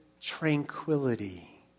tranquility